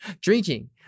drinking